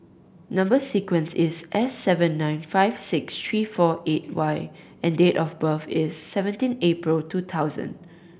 number sequence is S seven nine five six three four eight Y and date of birth is seventeen April two thousand